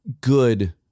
good